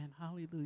Hallelujah